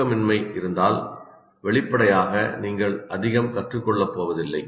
தூக்கமின்மை இருந்தால் வெளிப்படையாக நீங்கள் அதிகம் கற்றுக்கொள்ளப் போவதில்லை